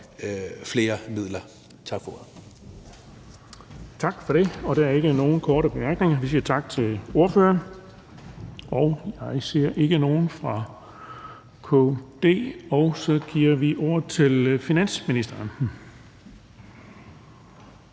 13:22 Den fg. formand (Erling Bonnesen): Der er ikke nogen korte bemærkninger, så vi siger tak til ordføreren. Og jeg ser ikke nogen fra KD, så jeg giver ordet til finansministeren.